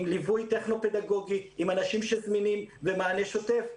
עם ליווי טכנו-פדגוגי עם אנשים שזמינים ומענה שוטף,